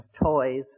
toys